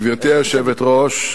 גברתי היושבת-ראש,